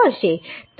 તો 0